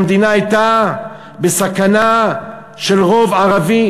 המדינה הייתה בסכנה של רוב ערבי,